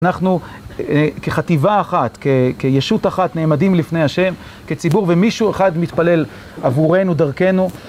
אנחנו כחטיבה אחת, כישות אחת, נעמדים לפני השם, כציבור, ומישהו אחד מתפלל עבורנו, דרכנו.